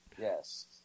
Yes